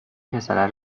پسره